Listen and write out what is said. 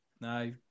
No